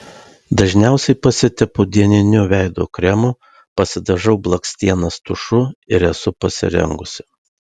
dažniausiai pasitepu dieniniu veido kremu pasidažau blakstienas tušu ir esu pasirengusi